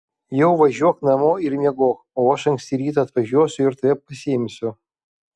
jau važiuok namo ir miegok o aš anksti rytą atvažiuosiu ir tave pasiimsiu